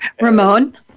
Ramon